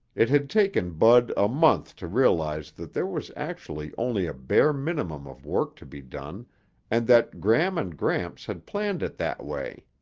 it had taken bud a month to realize that there was actually only a bare minimum of work to be done and that gram and gramps had planned it that way.